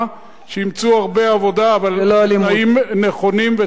שימצאו הרבה עבודה אבל עם תנאים נכונים וטובים,